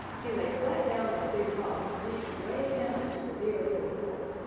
he lay flat down on the big rock and reached way down into the dear little pool,